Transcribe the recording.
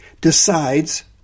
decides